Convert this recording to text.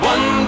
One